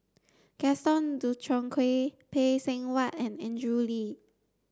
Gaston Dutronquoy Phay Seng Whatt and Andrew Lee